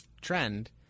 trend